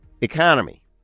economy